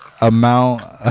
amount